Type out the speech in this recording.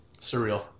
Surreal